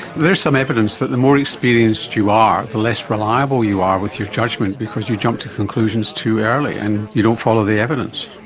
there is some evidence that the more experienced you are, the less reliable you are with your judgement because you jump to conclusions too early and you don't follow the evidence.